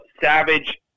Savage